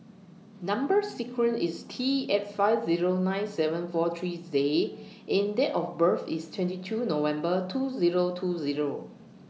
Number sequence IS T eight five Zero nine seven four three J and Date of birth IS twenty two November two Zero two Zero